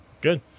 Good